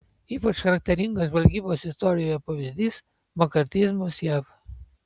ypač charakteringas žvalgybos istorijoje pavyzdys makartizmas jav